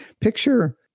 picture